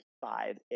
five